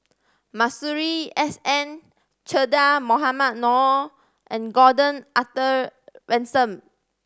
Masuri S N Che Dah Mohamed Noor and Gordon Arthur Ransome